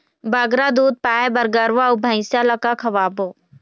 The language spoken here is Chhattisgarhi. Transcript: बगरा दूध पाए बर गरवा अऊ भैंसा ला का खवाबो?